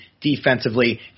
defensively